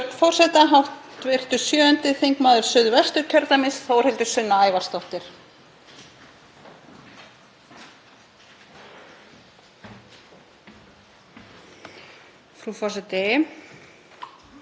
Frú forseti. Ég hef orðið vör við ákveðið þekkingarleysi á því hvað afglæpavæðing felur í raun í sér.